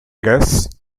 gus